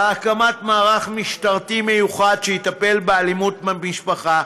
הקמת מערך משטרתי מיוחד שיטפל באלימות במשפחה,